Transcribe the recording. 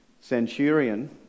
centurion